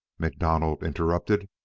macdonald interrupted,